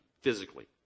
physically